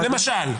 למשל.